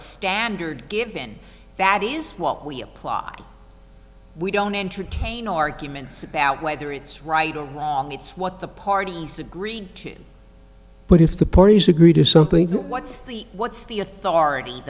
standard given that is what we apply we don't entertain arguments about whether it's right or it's what the parties agreed to but if the parties agree to something what's the what's the authority